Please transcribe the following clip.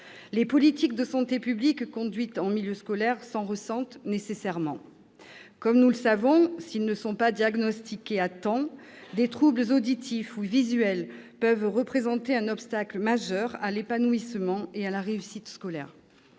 Les politiques de santé publique conduites en milieu scolaire s'en ressentent nécessairement. Comme nous le savons, s'ils ne sont pas diagnostiqués à temps, des troubles auditifs ou visuels peuvent représenter un obstacle majeur à l'épanouissement et à la réussite scolaire.